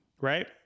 Right